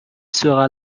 sera